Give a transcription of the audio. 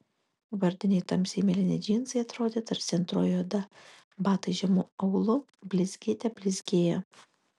vardiniai tamsiai mėlyni džinsai atrodė tarsi antroji oda batai žemu aulu blizgėte blizgėjo